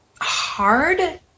hard